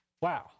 Wow